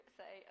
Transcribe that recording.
say